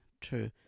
True